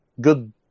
good